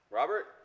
Robert